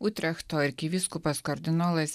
utrechto arkivyskupas kardinolas